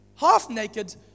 half-naked